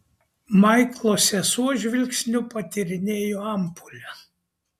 maiklo sesuo žvilgsniu patyrinėjo ampulę